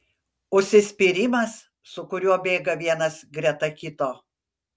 užsispyrimas su kuriuo bėga vienas greta kito